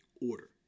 order